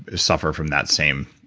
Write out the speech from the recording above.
ah suffer from that same.